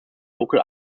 local